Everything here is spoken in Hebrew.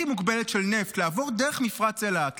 מוגבלת של נפט לעבור דרך מפרץ אילת,